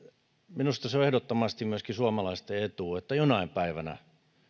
minusta se on ehdottomasti myöskin suomalaisten etu että jonain päivänä